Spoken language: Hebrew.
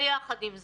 ויחד עם זאת,